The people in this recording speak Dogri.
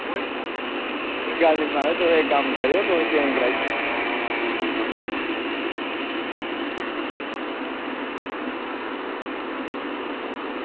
कोई कोई गल्ल महाराज तुस इक कम्म करेओ चेंज़ कराइयै दूआ लेई जाएओ